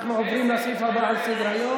היושב-ראש,